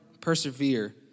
persevere